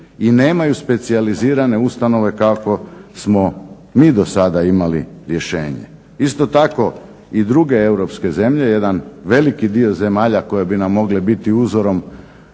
i nemaju specijalizirane ustanove kako smo mi do sada imali rješenje. Isto tako i druge europske zemlje, jedan veliki dio zemalja koje bi nam mogle biti uzorom